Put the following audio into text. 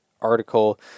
article